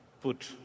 put